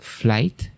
flight